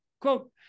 Quote